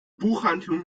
buchhandlung